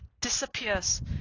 disappears